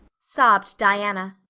sobbed diana.